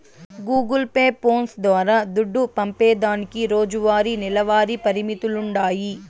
Google Pay, phones ద్వారా దుడ్డు పంపేదానికి రోజువారీ, నెలవారీ పరిమితులుండాయి